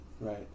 Right